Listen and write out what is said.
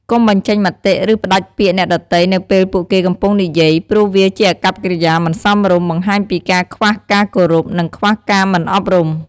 កុំបញ្ចេញមតិ ឬផ្តាច់ពាក្យអ្នកដទៃនៅពេលពួកគេកំពុងនិយាយ ព្រោះវាជាអាកប្បកិរិយាមិនសមរម្យ បង្ហាញពីការខ្វះការគោរព និងខ្វះការមិនអប់រំ។